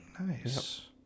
nice